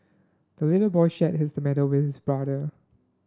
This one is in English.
the little boy shared his tomato with his brother